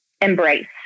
embrace